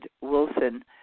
Wilson